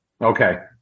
Okay